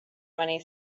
money